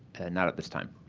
and not at this time.